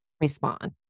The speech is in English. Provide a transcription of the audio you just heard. respond